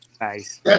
Nice